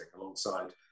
alongside